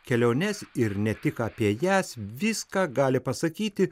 keliones ir ne tik apie jas viską gali pasakyti